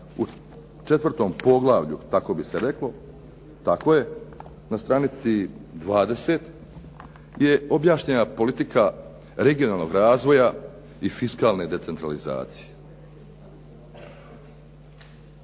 u četvrtom poglavlju, tako bi se reklo, tako je, na stranici 20, je objašnjena politika regionalnog razvoja i fiskalne decentralizacije.